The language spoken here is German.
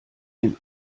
den